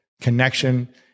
connection